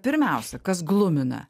pirmiausia kas glumina